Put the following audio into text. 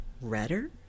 redder